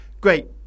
Great